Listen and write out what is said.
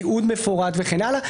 תיעוד מפורט וכן הלאה,